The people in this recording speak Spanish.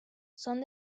son